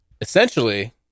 essentially